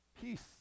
peace